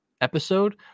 episode